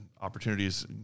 opportunities